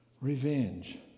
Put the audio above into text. Revenge